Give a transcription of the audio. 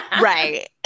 Right